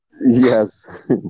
Yes